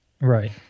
Right